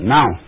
Now